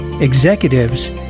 executives